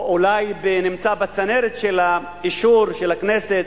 או אולי נמצא בצנרת לאישור של הכנסת,